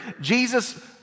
Jesus